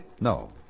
No